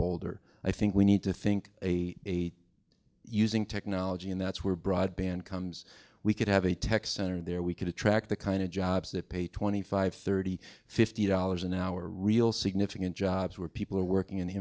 bolder i think we need to think a a using technology and that's where broadband comes we could have a tech center there we could attract the kind of jobs that pay twenty five thirty fifty dollars an hour real significant jobs where people are working